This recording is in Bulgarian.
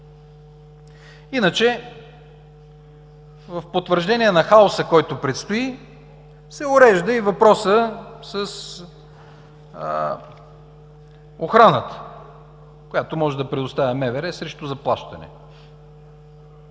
В потвърждение на хаоса, който предстои, се урежда въпросът с охраната, която може да предоставя МВР срещу заплащане.